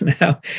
now